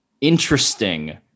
interesting